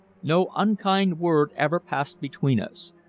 no unkind word ever passed between us.